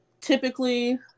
typically